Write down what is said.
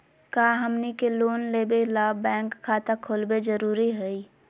का हमनी के लोन लेबे ला बैंक खाता खोलबे जरुरी हई?